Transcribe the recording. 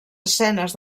escenes